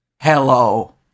hello